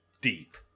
Deep